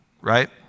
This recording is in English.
right